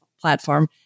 platform